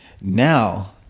Now